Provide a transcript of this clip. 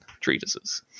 treatises